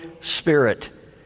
Spirit